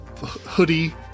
hoodie